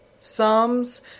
Psalms